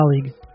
colleague